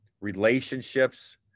relationships